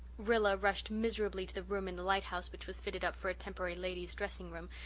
rilla rushed miserably to the room in the lighthouse which was fitted up for a temporary ladies' dressing-room,